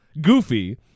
goofy